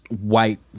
white